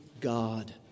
God